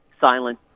Silence